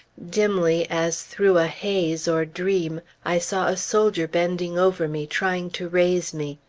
dimly, as through a haze, or dream, i saw a soldier bending over me, trying to raise me.